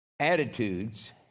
attitudes